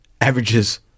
averages